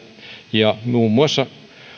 ja muun muassa